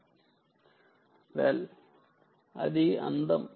ఇదే దాని అందం